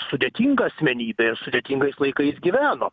sudėtinga asmenybė sudėtingais laikais gyveno